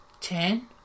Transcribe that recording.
ten